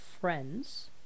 Friends